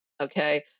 okay